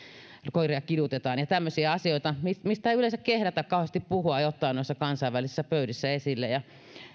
koiria kidutetaan ja tämmöisiä asioita mistä ei yleensä kehdata kauheasti puhua ja ottaa kansainvälisissä pöydissä esille ja